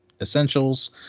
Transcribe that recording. essentials